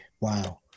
Wow